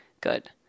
good